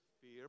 fear